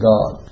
God